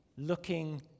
looking